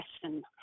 question